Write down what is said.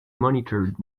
monitored